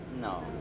No